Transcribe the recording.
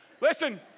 Listen